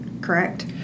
correct